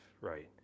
Right